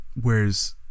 Whereas